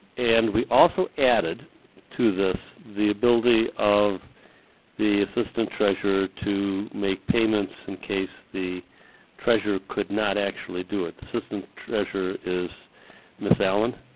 and we also added to this the ability of the assistant treasurer to make payments in case the treasurer could not actually do it. the assistant treasurer is ms allen.